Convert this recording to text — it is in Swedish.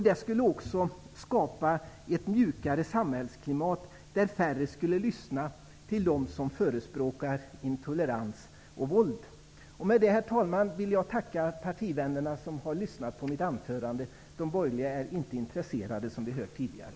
Det skulle också skapa ett mjukare samhällsklimat, där färre skulle lyssna till dem som förespråkar intolerans och våld. Med det, herr talman, vill jag tacka partivännerna som har lyssnat på mitt anförande. De borgerliga är som vi hört tidigare inte intresserade.